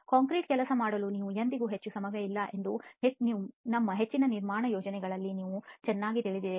ಕಾಂಕ್ರೀಟ್ನೊಂದಿಗೆ ಕೆಲಸ ಮಾಡಲು ನಿಮಗೆ ಎಂದಿಗೂ ಹೆಚ್ಚು ಸಮಯವಿಲ್ಲ ಎಂದು ನಮ್ಮ ಹೆಚ್ಚಿನ ನಿರ್ಮಾಣ ಯೋಜನೆಗಳಲ್ಲಿ ಈಗ ನಮಗೆ ಚೆನ್ನಾಗಿ ತಿಳಿದಿದೆ